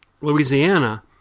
Louisiana